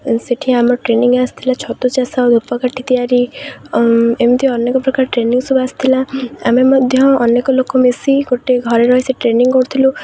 ସେଠି ଆମର ଟ୍ରେନିଙ୍ଗ ଆସିଥିଲା ଛତୁ ଚାଷ ଧୂପକାଠି ତିଆରି ଏମିତି ଅନେକ ପ୍ରକାର ଟ୍ରେନିଙ୍ଗ ସବୁ ଆସିଥିଲା ଆମେ ମଧ୍ୟ ଅନେକ ଲୋକ ମିଶି ଗୋଟେ ଘରେ ରହି ସେ ଟ୍ରେନିଙ୍ଗ କରୁଥିଲୁ